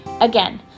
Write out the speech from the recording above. Again